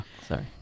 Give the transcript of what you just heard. sorry